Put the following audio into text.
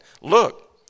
look